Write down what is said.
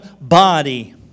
body